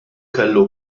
kellu